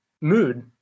mood